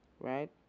right